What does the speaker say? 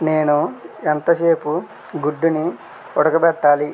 నేను ఎంత సేపు గుడ్డుని ఉడకబెట్టాలి